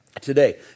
today